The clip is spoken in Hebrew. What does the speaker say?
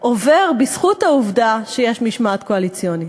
עובר בזכות העובדה שיש משמעת קואליציונית.